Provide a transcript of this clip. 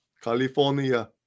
California